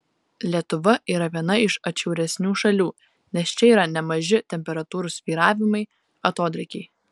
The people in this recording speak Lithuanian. lietuva yra viena iš atšiauresnių šalių nes čia yra nemaži temperatūrų svyravimai atodrėkiai